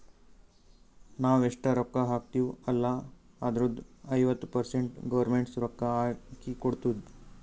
ನಾವ್ ಎಷ್ಟ ರೊಕ್ಕಾ ಹಾಕ್ತಿವ್ ಅಲ್ಲ ಅದುರ್ದು ಐವತ್ತ ಪರ್ಸೆಂಟ್ ಗೌರ್ಮೆಂಟ್ ರೊಕ್ಕಾ ಹಾಕಿ ಕೊಡ್ತುದ್